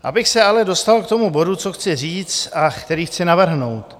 Abych se ale dostal k bodu, co chci říct a který chci navrhnout.